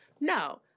No